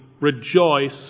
rejoice